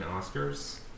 oscars